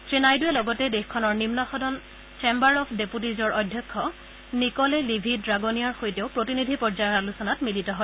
শ্ৰীনাইডুৱে লগতে দেশখনৰ নিম্ন সদন চেম্বাৰ অব ডেপুটিজৰ অধ্যক্ষ নিকলে লিভি ড্ৰাগনিয়াৰ সৈতেও প্ৰতিনিধি পৰ্যায়ৰ আলোচনাত মিলিত হয়